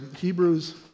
Hebrews